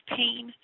pain